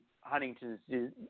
Huntington's